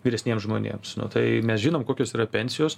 vyresniems žmonėms nu tai mes žinom kokios yra pensijos